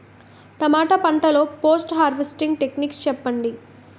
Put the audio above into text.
టమాటా పంట లొ post harvesting techniques చెప్పండి?